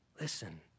listen